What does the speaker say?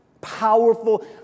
powerful